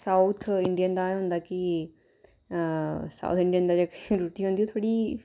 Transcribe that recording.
south Indian दा एह् होंदा कि साउथ इंडियन दी जेह्ड़ी रुट्टी होंदी थोह्ड़ी